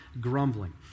grumbling